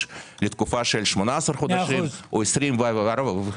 לתקופה של 18 חודשים או 24 חודשים,